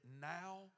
now